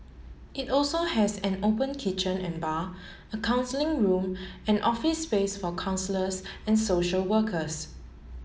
it also has an open kitchen and bar a counselling room and office space for counsellors and social workers